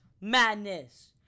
Madness